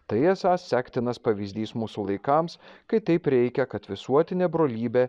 tai esą sektinas pavyzdys mūsų laikams kai taip reikia kad visuotinė brolybė